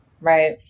right